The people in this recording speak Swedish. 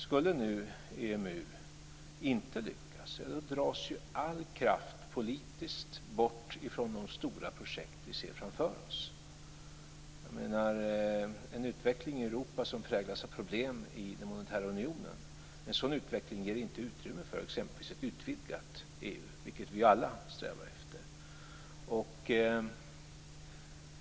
Skulle nu EMU inte lyckas, då dras ju all politisk kraft bort från de stora projekt vi ser framför oss. En utveckling i Europa som präglas av problem i den monetära unionen ger inte utrymme för exempelvis ett utvidgat EU, vilket vi ju alla strävar efter.